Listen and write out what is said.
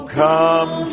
come